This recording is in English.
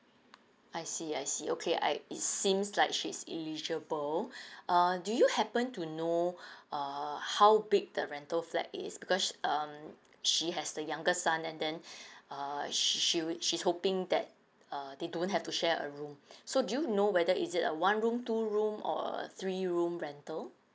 I see I see okay I it seems like she is eligible err do you happen to know err how big the rental flat is because sh~ um she has the younger son and then err she she would she's hoping that uh they don't have to share a room so do you know whether is it a one room two room or a three room rental